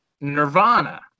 nirvana